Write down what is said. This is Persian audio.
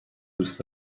دوست